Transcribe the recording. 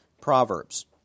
proverbs